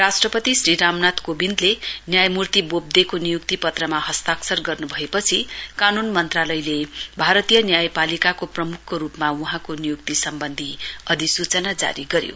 राष्ट्रपति श्री रामनाथ कोविन्दले न्यायमूर्ति वोवदेको नियुक्ति पत्रमा हस्ताक्षर गर्नुभएपछि कानुन मन्त्रालयले भारतीय न्यायपालिकाको प्रमुखको रुपमा वहाँको नियुक्ती सम्वन्धी अधिसूचना जारी गर्यो